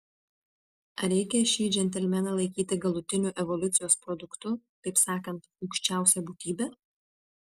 ar reikia šį džentelmeną laikyti galutiniu evoliucijos produktu taip sakant aukščiausia būtybe